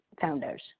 founders